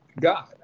God